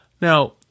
now